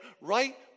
right